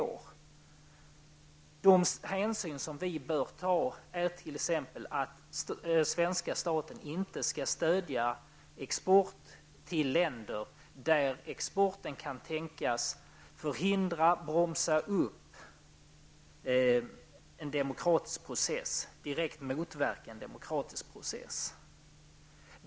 En av de faktorer som vi bör ta hänsyn till är att svenska staten inte skall stödja export till länder där exporten kan tänkas förhindra, bromsa eller direkt motverka en demokratisk process.